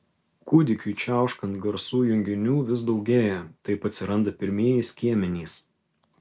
kūdikiui čiauškant garsų junginių vis daugėja taip atsiranda pirmieji skiemenys